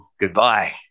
goodbye